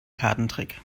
kartentrick